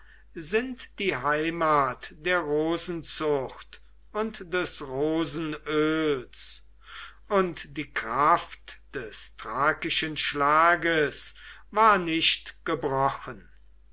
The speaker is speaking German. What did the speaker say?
sind die heimat der rosenzucht und des rosenöls und die kraft des thrakischen schlages war nicht gebrochen